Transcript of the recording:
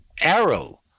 arrow